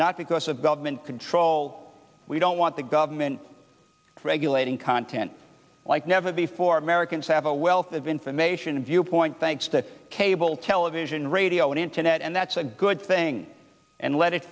not because of government control we don't want the government regulating content like never before americans have a wealth of information a viewpoint thanks to cable television radio and internet and that's a good thing and let it